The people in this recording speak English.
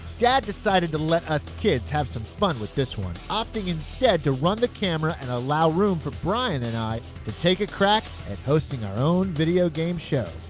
dad decided to let us kids have some fun with this one opting instead to run the camera, and allow room for bryan and i to take a crack at hosting our own videogame show